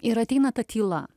ir ateina ta tyla